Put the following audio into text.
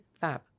fab